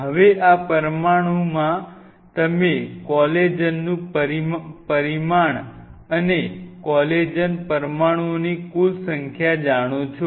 હવે આ પરમાણુમાં તમે કોલેજનનું પરિમાણ અને કોલેજન પરમાણુઓની કુલ સંખ્યા જાણો છો